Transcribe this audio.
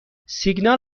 سیگنال